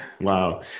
Wow